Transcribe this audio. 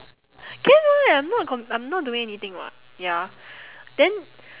can [what] I'm not com~ I'm not doing anything [what] ya then